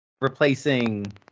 Replacing